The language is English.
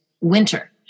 winter